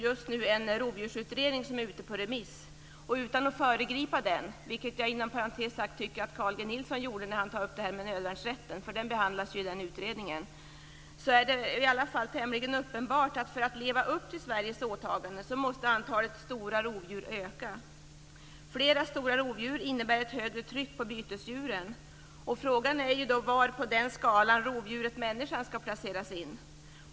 Just nu är en rovdjursutredningen ute på remiss. Utan att föregripa den - vilket jag inom parentes sagt tycker att Carl G Nilsson gjorde när han tog upp detta med nödvärnsrätten eftersom den behandlas i den utredningen - är det i alla fall tämligen uppenbart att för att leva upp till Sveriges åtaganden måste antalet stora rovdjur öka. Flera stora rovdjur innebär ett högre tryck på bytesdjuren. Frågan är ju då var på den skalan rovdjuret människan ska placeras in.